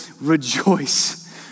rejoice